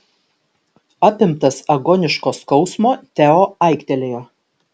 apimtas agoniško skausmo teo aiktelėjo